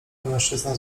mężczyzna